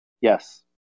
Yes